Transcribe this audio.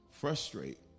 frustrate